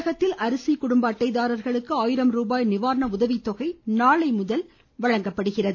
தமிழகத்தில் அரிசி குடும்ப அட்டை தாரர்களுக்கு ஆயிரம் ரூபாய் நிவாரண உதவி தொகை நாளைமுதல் வழங்கப்படுகிறது